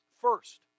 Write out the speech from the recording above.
First